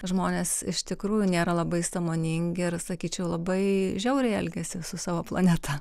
žmonės iš tikrųjų nėra labai sąmoningi ir sakyčiau labai žiauriai elgiasi su savo planeta